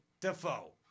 DeFoe